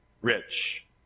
rich